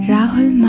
Rahul